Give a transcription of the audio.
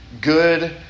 good